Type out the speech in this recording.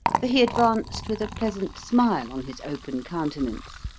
for he advanced with a pleasant smile on his open countenance,